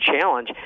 challenge